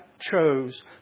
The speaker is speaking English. chose